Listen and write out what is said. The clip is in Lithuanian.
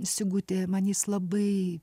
sigutė man jis labai